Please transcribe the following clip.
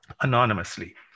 anonymously